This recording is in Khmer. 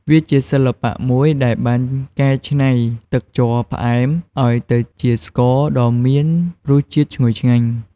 វាជាសិល្បៈមួយដែលបានកែច្នៃទឹកជ័រផ្អែមឲ្យទៅជាស្ករដ៏មានរសជាតិឈ្ងុយឆ្ងាញ់។